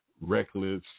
reckless